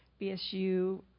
BSU